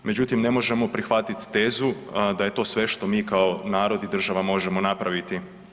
Međutim, ne možemo prihvatit tezu da je to sve što mi kao narod i država možemo napraviti.